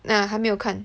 啊还没有看